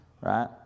right